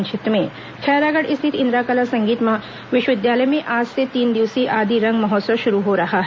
संक्षिप्त समाचार खैरागढ़ स्थित इंदिरा कला संगीत विश्वविद्यालय में आज से तीन दिवसीय आदि रंग महोत्सव शुरू हो रहा है